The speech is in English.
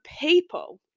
people